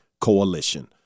coalition